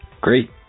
Great